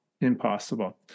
Impossible